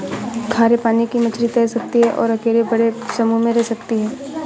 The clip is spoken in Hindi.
खारे पानी की मछली तैर सकती है और अकेले बड़े समूह में रह सकती है